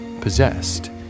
possessed